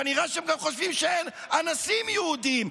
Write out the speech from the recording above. כנראה הם גם חושבים שאין אנסים יהודים.